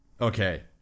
okay